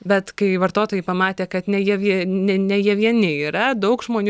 bet kai vartotojai pamatė kad ne jie vie ne ne jie vieni yra daug žmonių